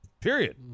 period